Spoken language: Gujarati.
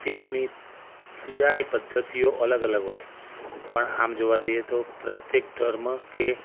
તેઓની પૂજાની પદ્ધતિઓ અલગ અલગ હોય પણ આમ જોવા જઈએ તો પ્રત્યેક ધર્મ કે